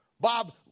Bob